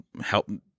help